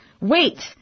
wait